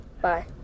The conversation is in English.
Bye